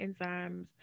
enzymes